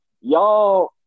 y'all